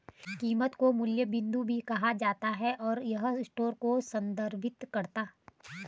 कीमत को मूल्य बिंदु भी कहा जाता है, और यह स्टोर को संदर्भित करता है